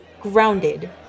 grounded